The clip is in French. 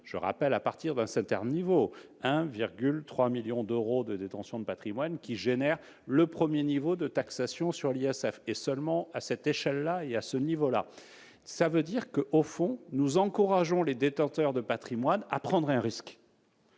le rappelle, à partir d'un certain niveau, 1,3 million d'euros de détention de patrimoine qui engendre le premier niveau de taxation sur l'ISF et seulement à cette échelle et à ce niveau. Cela signifie qu'au fond nous encourageons les détenteurs de patrimoine à prendre un risque.